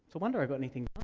so wonder i got anything